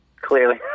Clearly